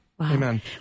Amen